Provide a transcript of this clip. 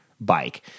bike